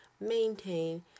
maintain